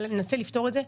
ננסה לפתור את זה.